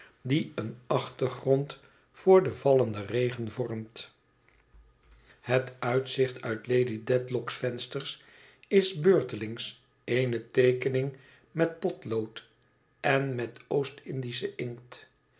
die een achtergrond voor den vallenden regen vormt het uitzicht uit lady dedlock's vensters is beurtelings eene teekening met potlood en met oostindischen inkt